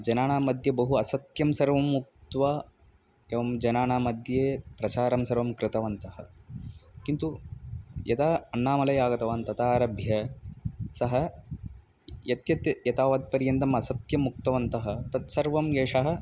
जनानाम्मध्ये बहु असत्यं सर्वम् उक्त्वा एवं जनानाम्मध्ये प्रचारं सर्वं कृतवन्तः किन्तु यदा अण्णामलै आगतवान् तदारभ्य सः यत् यत् एतावत्पर्यन्तम् असत्यम् उक्तवन्तः तत्सर्वम् एषः